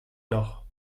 noch